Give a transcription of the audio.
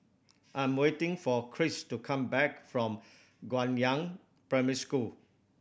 I'm waiting for Chris to come back from Guangyang Primary School